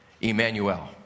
Emmanuel